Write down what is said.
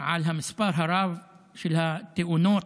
על המספר הרב של התאונות,